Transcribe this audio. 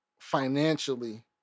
financially